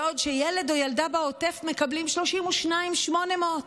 בעוד ילד או ילדה בעוטף מקבלים 32,800 ש"ח,